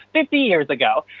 fifty years ago.